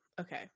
okay